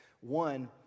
One